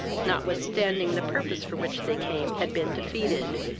notwithstanding the purpose for which they came had been defeated.